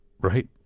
right